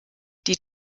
die